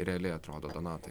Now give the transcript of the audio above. realiai atrodo donatai